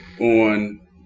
on